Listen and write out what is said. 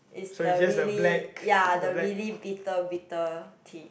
is the really ya the really bitter bitter tea